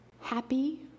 Happy